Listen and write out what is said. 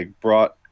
brought